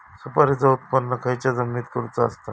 सुपारीचा उत्त्पन खयच्या जमिनीत करूचा असता?